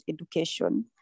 education